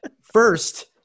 first